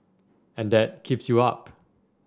and that keeps you up